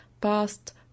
past